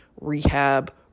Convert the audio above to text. rehab